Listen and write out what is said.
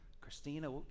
Christina